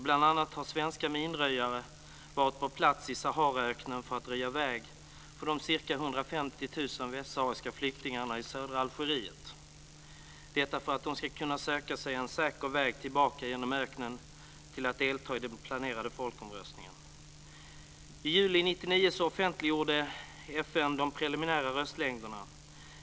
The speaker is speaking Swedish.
Bl.a. har svenska minröjare varit på plats i Saharaöknen för att röja väg för de ca 150 000 västsahariska flyktingarna i södra Algeriet för att dessa ska kunna söka sig en säker väg tillbaka genom öknen och delta i den planerade folkomröstningen. I juli 1999 offentliggjorde FN de preliminära röstlängderna.